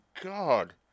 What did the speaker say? God